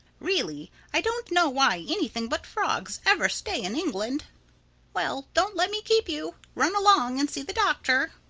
really i don't know why anything but frogs ever stay in england well, don't let me keep you. run along and see the doctor.